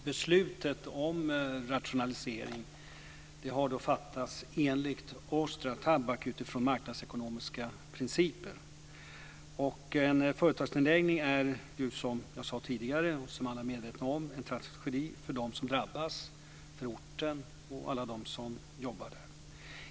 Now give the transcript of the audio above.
Herr talman! Beslutet om rationalisering har enligt Austria Tabak fattats utifrån marknadsekonomiska principer. En företagsnedläggning är, som jag sagt tidigare och som alla är medvetna om, en tragedi för dem som drabbas, för orten och för alla dem som jobbar där.